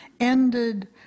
ended